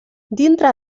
dintre